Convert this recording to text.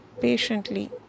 patiently